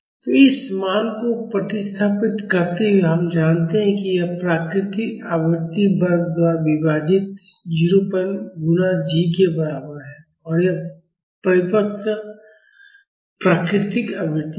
तो इस मान को प्रतिस्थापित करते हुए हम जानते हैं कि यह प्राकृतिक आवृत्ति वर्ग द्वारा विभाजित 01 गुणा g के बराबर है और यह परिपत्र प्राकृतिक आवृत्ति है